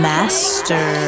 Master